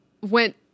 went